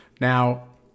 Now